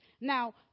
Now